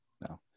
no